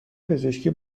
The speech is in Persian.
پزشکی